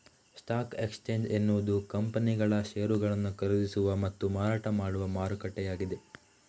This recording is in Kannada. ಸ್ಟಾಕ್ ಎಕ್ಸ್ಚೇಂಜ್ ಎನ್ನುವುದು ಕಂಪನಿಗಳ ಷೇರುಗಳನ್ನು ಖರೀದಿಸುವ ಮತ್ತು ಮಾರಾಟ ಮಾಡುವ ಮಾರುಕಟ್ಟೆಯಾಗಿದೆ